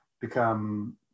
become